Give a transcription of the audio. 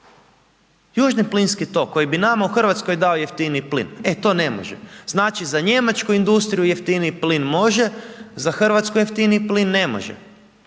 južni plinski tok koji bi nama u Hrvatskoj dao jeftiniji plin, e to ne može. Znači za njemačku industriju jeftiniji plin može, za Hrvatsku jeftiniji plin ne može.